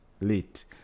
late